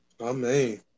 Amen